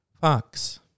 fox